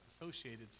associated